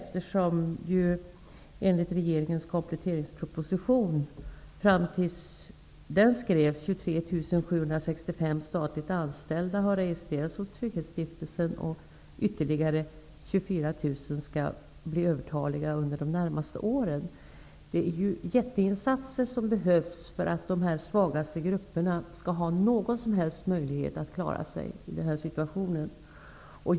När regeringens kompletteringsproposition skrevs var Trygghetsstiftelsen. Ytterligare 24 000 personer kommer att bli övertaliga under de närmaste åren. Det krävs jätteinsatser för att de svagaste grupperna skall ha någon som helst möjlighet att klara sig i den här situationen.